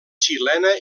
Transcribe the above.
xilena